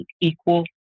equal